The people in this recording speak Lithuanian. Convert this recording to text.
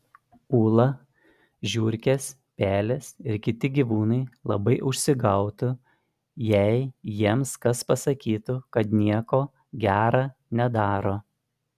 ūla žiurkės pelės ir kiti gyvūnai labai užsigautų jei jiems kas pasakytų kad nieko gera nedaro